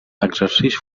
exercix